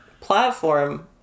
platform